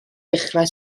dechrau